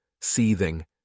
seething